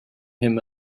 him